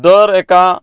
दर एका